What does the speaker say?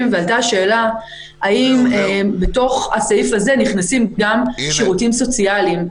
ועלתה השאלה האם בתוך הסעיף הזה נכנסים גם שירותים סוציאליים,